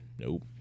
Nope